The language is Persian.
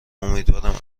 امیدوارم